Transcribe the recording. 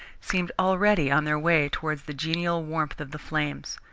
seemed already on their way towards the genial warmth of the flames.